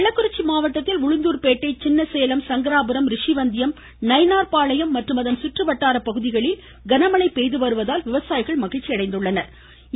கள்ளக்குறிச்சி மாவட்டத்தில் உளுந்தூர் பேட்டை சின்னசேலம் சங்கராபுரம் ரிஷிவந்தியம் நயினார்பாளையம் மற்றும் அதன் சுற்றுவட்டார பகுதிகளில் இடியுடன் கூடிய கனமழை பெய்துவருவதால் விவசாயிகள் மகிழ்ச்சி அடைந்துள்ளனா்